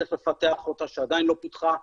שצריך לפתח אותה שעדיין לא פותחה,